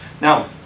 now